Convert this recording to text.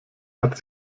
hat